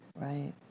right